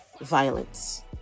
Violence